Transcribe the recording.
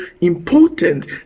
important